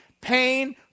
pain